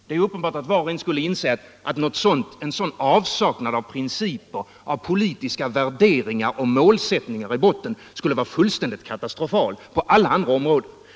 Det är uppenbart att var och en skulle inse att en sådan avsaknad av principer, av politiska målsättningar och av värderingar skulle vara fullständigt katastrofal på alla andra områden.